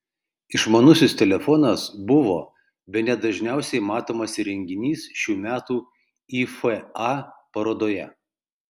išmanusis telefonas buvo bene dažniausiai matomas įrenginys šių metų ifa parodoje